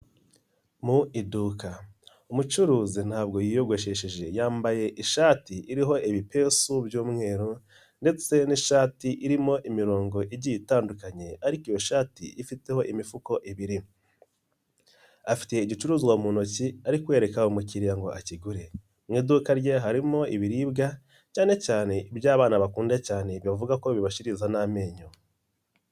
Mu iduka, umucuruzi ntabwo yiyogoshesheje, yambaye ishati iriho ibipesu by'umweru ndetse n'ishati irimo imirongo igiye itadukanye ariko iyo shati ifiteho imifuko ibiri, afite ibicuruzwa mu ntoki ari kwereka umukiriya ngo akigure, mu iduka rye harimo ibiribwa, cyane cyane ibyo abana bakunda cyane bavuga ko bibashiririza n'amenyo.